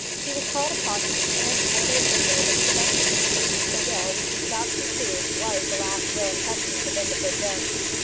he was called upon to declare before the official that to the best of his belief the will, which was about to be proved, was the last will and testament of indefer jones.